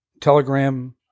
Telegram